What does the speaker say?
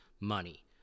money